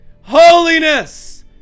holiness